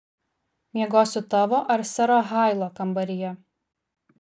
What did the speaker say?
miegosiu tavo ar sero hailo kambaryje